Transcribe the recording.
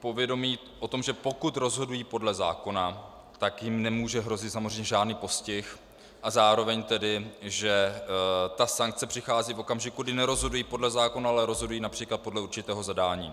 povědomí o tom, že pokud rozhodují podle zákona, tak jim nemůže hrozit samozřejmě žádný postih, a zároveň tedy že ta sankce přichází v okamžiku, kdy nerozhodují podle zákona, ale rozhodují například podle určitého zadání.